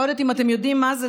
אני לא יודעת אם אתם יודעים מה זה,